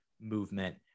movement